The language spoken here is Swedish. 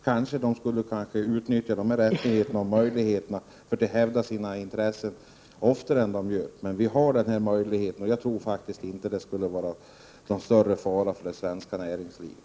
Kanske de skulle utnyttja dessa rättigheter och möjligheter att hävda sina intressen oftare än de gör, men vi har möjligheten, och jag tror faktiskt inte att det skulle vara någon större fara för det svenska näringslivet.